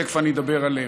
ותכף אדבר עליהם.